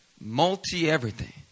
multi-everything